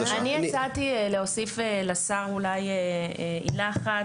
אני הצעתי להוסיף לשר אולי עילה אחת